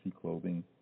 Clothing